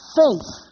faith